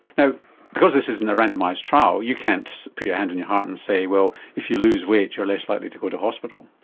you know because this isn't a randomised trial you can't put your hand on your heart and say, well, if you lose weight you're less likely to go to hospital.